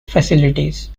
facilities